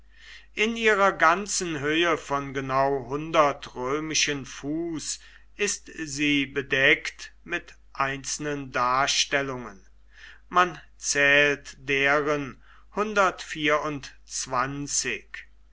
in ihrer ganzen höhe von genau hundert römischen fuß ist sie bedeckt mit einzelnen darstellungen man zählt deren